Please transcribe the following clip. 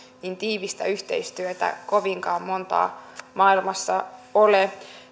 niin tiivistä yhteistyötä kovinkaan monta maailmassa ole